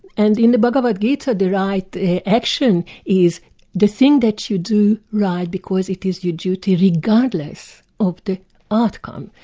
and in the baghavad gita the right action is the thing that you do right because it is your duty regardless of the outcome.